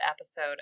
episode